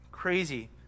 Crazy